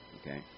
Okay